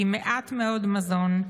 עם מעט מאוד מזון.